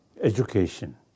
education